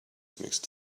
mixed